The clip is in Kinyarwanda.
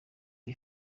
iba